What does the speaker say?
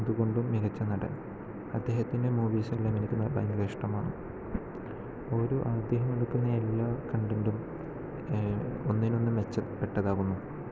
എന്തുകൊണ്ടും മികച്ച നടൻ അദ്ദേഹത്തിൻ്റെ മൂവീസുകളെല്ലാം എനിക്ക് ഭയങ്കര ഇഷ്ടമാണ് ഓരോ അദ്ദേഹം എടുക്കുന്ന എല്ലാ കണ്ടന്റും ഒന്നിനൊന്ന് മെച്ചപ്പെട്ടതാകുന്നു